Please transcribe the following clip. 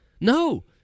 no